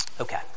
Okay